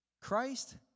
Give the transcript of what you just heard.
Christ